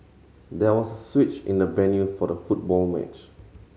there was a switch in the venue for the football match